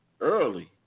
early